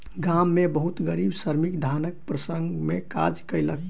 गाम में बहुत गरीब श्रमिक धानक प्रसंस्करण में काज कयलक